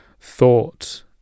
thought